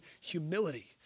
humility